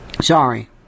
Sorry